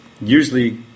usually